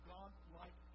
God-like